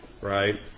right